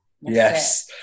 Yes